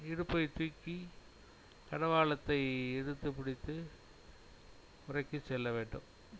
இடுப்பை தூக்கி கடிவாளத்தை இழுத்து பிடித்து முடுக்கிச் செல்ல வேண்டும்